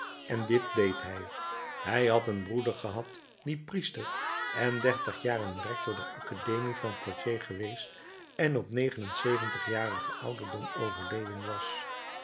en dit deed hij hij had een broeder gehad die priester en dertig jaren rector der academie van poitiers geweest en op negen en zeventigjarigen ouderdom overleden was